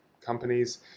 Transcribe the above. companies